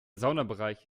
saunabereich